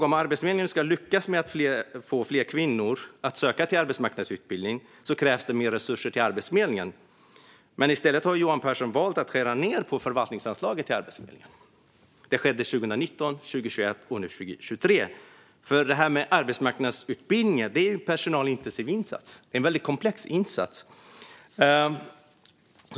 Om Arbetsförmedlingen ska lyckas med att få fler kvinnor att söka arbetsmarknadsutbildning krävs det mer resurser till Arbetsförmedlingen. Men i stället har Johan Pehrson valt att skära ned på förvaltningsanslaget till Arbetsförmedlingen. Det skedde 2019, 2021 och nu 2023. Arbetsmarknadsutbildning är en personalintensiv och väldigt komplex insats.